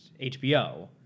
HBO